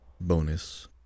bonus